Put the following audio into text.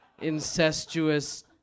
incestuous